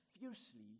fiercely